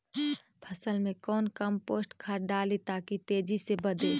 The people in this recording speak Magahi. फसल मे कौन कम्पोस्ट खाद डाली ताकि तेजी से बदे?